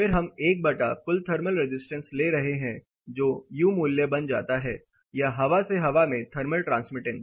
फिर हम एक बटा कुल थर्मल रेजिस्टेंस ले रहे हैं जो U मूल्य बन जाता है या हवा से हवा में थर्मल ट्रांसमिटेंस